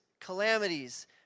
calamities